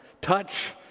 touch